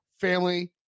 family